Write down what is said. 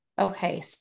Okay